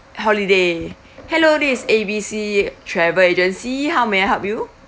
holiday hello this is A B C travel agency how may I help you